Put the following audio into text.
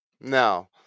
Now